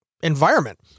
environment